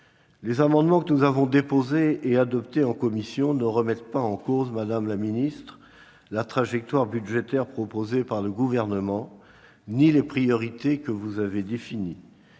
Les amendements que nous avons déposés et adoptés en commission ne remettent pas en cause la trajectoire budgétaire proposée par le Gouvernement, ni les priorités que vous avez définies.